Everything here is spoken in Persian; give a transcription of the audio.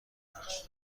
نقش